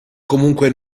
comunque